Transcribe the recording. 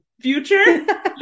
future